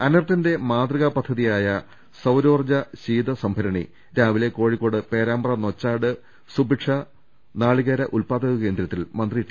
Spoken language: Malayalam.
അനർട്ടിന്റെ മാതൃകാ പദ്ധതിയായ സൌരോർജ്ജ ശീത സംഭരണി രാവിലെ കോഴിക്കോട് പേരാമ്പ്ര നൊച്ചാട് സുഭിക്ഷ നാളികേര ഉൽപ്പാ ദക കേന്ദ്രത്തിൽ മന്ത്രി ടി